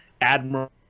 Admiral